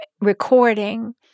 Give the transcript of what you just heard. recording